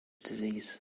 disease